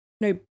No